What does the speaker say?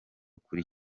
kuri